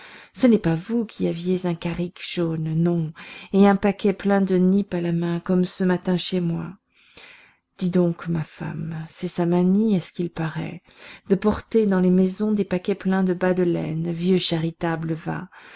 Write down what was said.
ce n'est pas vous qui aviez un carrick jaune non et un paquet plein de nippes à la main comme ce matin chez moi dis donc ma femme c'est sa manie à ce qu'il paraît de porter dans les maisons des paquets pleins de bas de laine vieux charitable va